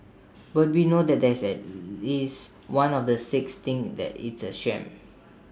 but we know that is at least one of the six thinks that it's A sham